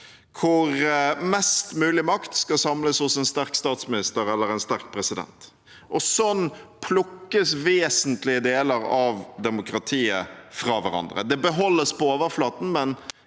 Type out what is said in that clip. hvor mest mulig makt skal samles hos en sterk statsminister eller en sterk president. Sånn plukkes vesentlige deler av demokratiet fra hverandre. Det beholdes på overflaten, men